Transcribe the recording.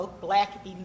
black